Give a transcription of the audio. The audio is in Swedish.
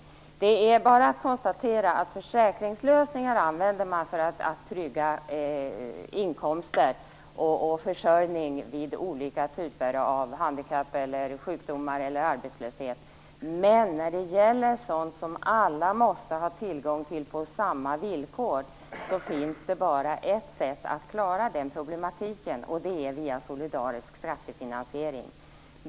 Försäkringslösningar använder man för att trygga inkomster och försörjning vid olika typer av handikapp och sjukdomar eller vid arbetslöshet. Men när det gäller sådant som alla måste ha tillgång till på samma villkor, så finns det bara ett sätt att klara problematiken, och det är via solidarisk skattefinansiering.